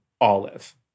olive